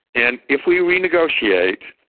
and if we renegotiate,